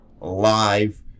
live